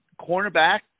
Cornerback